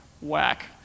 whack